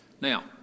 now